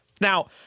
Now